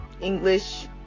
English